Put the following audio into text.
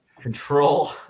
Control